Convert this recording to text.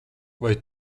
vai